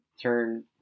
turn